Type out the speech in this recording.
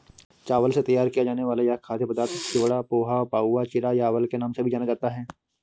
चावल से तैयार किया जाने वाला यह खाद्य पदार्थ चिवड़ा, पोहा, पाउवा, चिरा या अवल के नाम से भी जाना जाता है